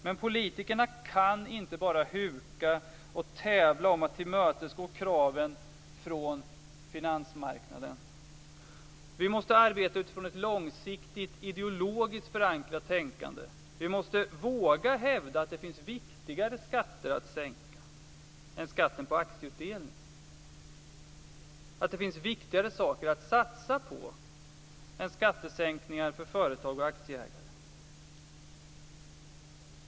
Men politikerna kan inte bara huka och tävla om att tillmötesgå kraven från finansmarknaden. Vi måste arbeta utifrån ett långsiktigt ideologiskt förankrat tänkande. Vi måste våga hävda att det finns viktigare skatter att sänka än skatten på aktieutdelning, att det finns viktigare saker att satsa på än skattesänkningar för företag och aktieägare.